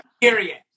Period